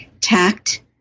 tact